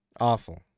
awful